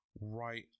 right